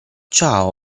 ciao